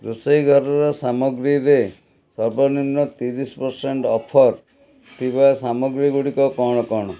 ରୋଷେଇ ଘରର ସାମଗ୍ରୀରେ ସର୍ବନିମ୍ନ ତିରିଶ ପରସେଣ୍ଟ ଅଫର୍ ଥିବା ସାମଗ୍ରୀ ଗୁଡ଼ିକ କ'ଣ କ'ଣ